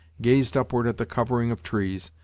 gazed up ward at the covering of trees,